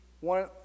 One